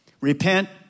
repent